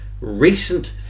recent